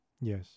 Yes